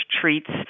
treats